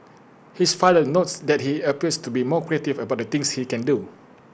his father notes that he appears to be more creative about the things he can do